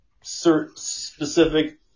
specific